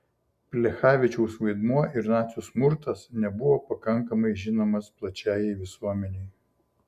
plechavičiaus vaidmuo ir nacių smurtas nebuvo pakankamai žinomas plačiajai visuomenei